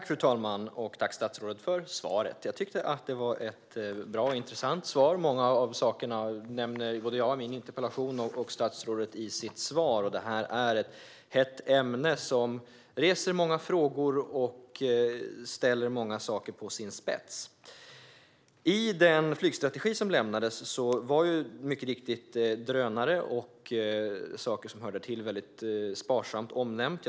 Fru talman! Tack, statsrådet, för svaret! Jag tyckte att det var ett bra och intressant svar. Många av sakerna nämner jag i min interpellation och statsrådet i sitt svar. Detta är ett hett ämne som väcker många frågor och ställer många saker på sin spets. I den flygstrategi som lämnades var drönare och saker som hör därtill sparsamt omnämnda.